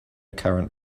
current